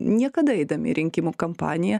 niekada eidami į rinkimų kampaniją